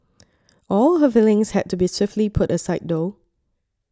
all her feelings had to be swiftly put aside though